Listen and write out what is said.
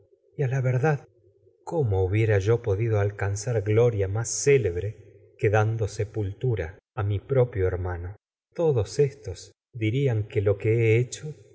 a la ver dad cómo lebre hubiera yo podido a alcanzar gloria más cé que dando sepultura que mi propio hermano todos es éstos miedo dirían lo que he la hecho